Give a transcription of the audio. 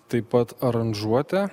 taip pat aranžuotę